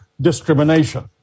discrimination